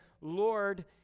Lord